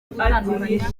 gutandukanya